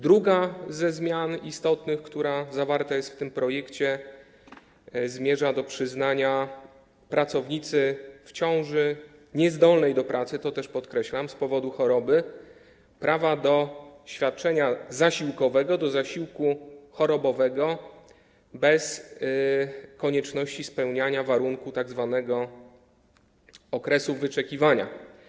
Druga z istotnych zmian, która zawarta jest w tym projekcie, zmierza do przyznania pracownicy w ciąży, która jest niezdolna do pracy - to podkreślam - z powodu choroby, prawa do świadczenia zasiłkowego, do zasiłku chorobowego, bez konieczności spełniania warunku tzw. okresu wyczekiwania.